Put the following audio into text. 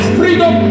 freedom